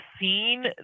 seen